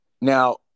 Now